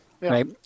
Right